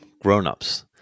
grownups